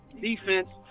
defense